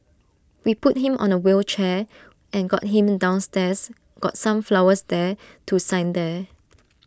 we put him on A wheelchair and got him downstairs got some flowers there to sign there